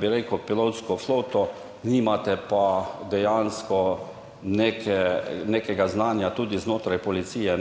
bi rekel, pilotsko floto, nimate pa dejansko neke, nekega znanja tudi znotraj policije